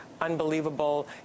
unbelievable